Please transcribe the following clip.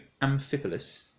Amphipolis